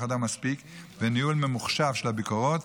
אדם מספיק וניהול ממוחשב של הביקורות,